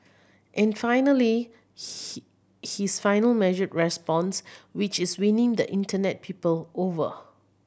and finally he his final measured response which is winning the Internet people over